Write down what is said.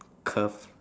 curve